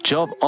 Job